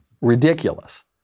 Ridiculous